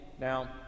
now